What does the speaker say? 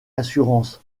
assurance